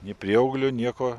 nei prieauglio nieko